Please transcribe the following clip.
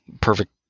perfect